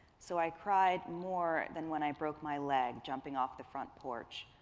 so i cried more than when i broke my leg jumping off the front porch,